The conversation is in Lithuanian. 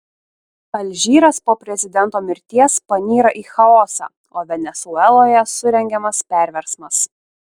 alžyras po prezidento mirties panyra į chaosą o venesueloje surengiamas perversmas